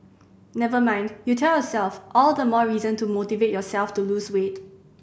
never mind you tell yourself all the more reason to motivate yourself to lose weight